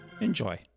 Enjoy